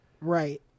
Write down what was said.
right